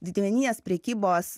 didmeninės prekybos